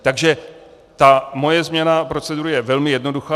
Takže moje změna procedury je velmi jednoduchá.